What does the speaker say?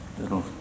little